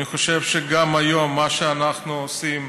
אני חושב שגם היום, מה שאנחנו עושים,